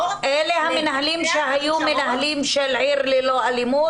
--- אלה המנהלים שהיו מנהלים של עיר ללא אלימות?